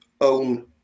own